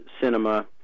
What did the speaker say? cinema